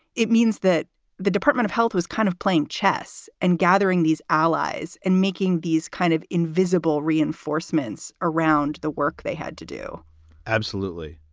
it means that the department of health was kind of playing chess and gathering these allies and making these kind of invisible reinforcements around the work they had to do absolutely.